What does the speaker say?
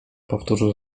powtórzył